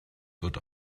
wird